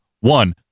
one